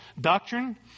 doctrine